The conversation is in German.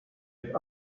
utf